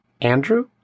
Andrew